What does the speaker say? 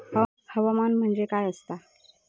हवामान म्हणजे काय असता?